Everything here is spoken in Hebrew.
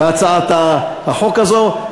בהצעת החוק הזאת,